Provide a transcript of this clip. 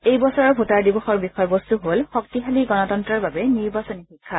এই বছৰৰ ভোটাৰ দিৱসৰ বিষয়বস্তু হ'ল শক্তিশালী গণতন্তৰৰ বাবে নিৰ্বাচনী শিক্ষা